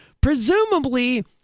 Presumably